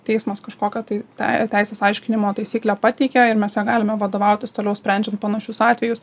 teismas kažkokio tai tą teisės aiškinimo taisyklę pateikė ir mes ja galime vadovautis toliau sprendžiant panašius atvejus